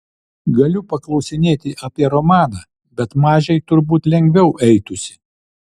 galiu paklausinėti apie romaną bet mažei turbūt lengviau eitųsi